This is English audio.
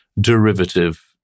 derivative